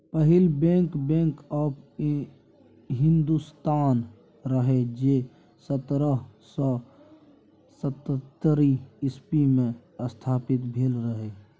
पहिल bank, bank of Hindustan रहय जे सतरह सय सत्तरि इस्बी मे स्थापित भेल रहय